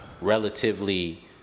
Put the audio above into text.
relatively